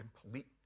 complete